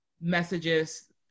messages